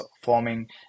forming